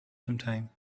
sometime